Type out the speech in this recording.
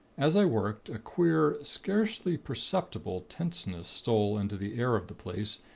as i worked, a queer, scarcely perceptible tenseness stole into the air of the place,